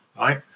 right